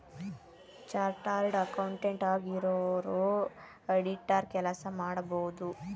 chartered accountant ಆಗಿರೋರು auditor ಕೆಲಸ ಮಾಡಬೋದು